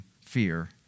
fear